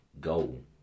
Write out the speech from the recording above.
goal